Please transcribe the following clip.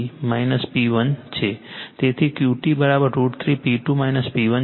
તેથી QT √ 3 P2 P1 છે